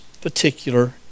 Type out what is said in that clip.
particular